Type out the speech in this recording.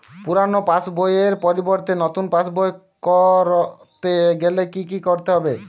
পুরানো পাশবইয়ের পরিবর্তে নতুন পাশবই ক রতে গেলে কি কি করতে হবে?